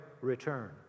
return